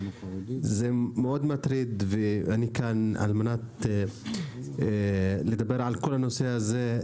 זה מאוד מטריד ואני כאן על מנת לדבר על כל הנושא הזה,